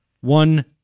one